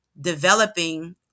developing